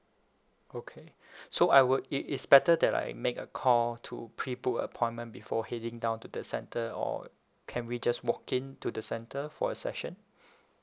okay so I would it is better that I make a call to pre book appointment before heading down to the centre or can we just walk in to the center for a session